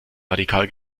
radikal